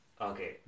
Okay